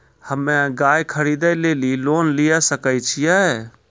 हम्मे गाय खरीदे लेली लोन लिये सकय छियै?